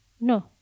No